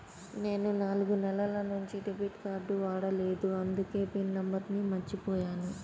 నేను నాలుగు నెలల నుంచి డెబిట్ కార్డ్ వాడలేదు అందుకే పిన్ నంబర్ను మర్చిపోయాను